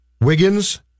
Wiggins